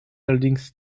allerdings